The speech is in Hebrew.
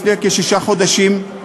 לפני כשישה חודשים,